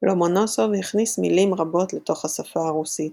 לומונוסוב הכניס מילים רבות לתוך השפה הרוסית.